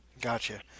Gotcha